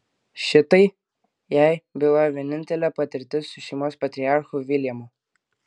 šitai jai bylojo vienintelė patirtis su šeimos patriarchu viljamu